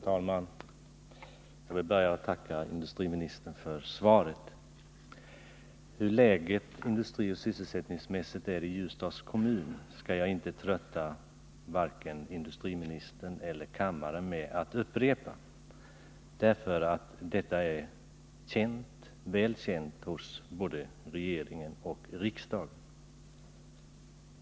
Herr talman! Jag vill börja med att tacka industriministern för svaret. Hur läget industrioch sysselsättningsmässigt är i Ljusdals kommun skall jag inte trötta vare sig industriministern eller kammarens ledamöter med att upprepa — det är ju väl känt av både regeringen och riksdagen.